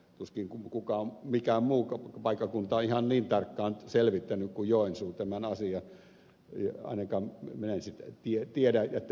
tuskin mikään muu paikkakunta on ihan niin tarkkaan selvittänyt kuin joensuu tämän asian ainakaan minä en muita tiedä niin että pystyisin siteeraamaan